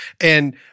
And-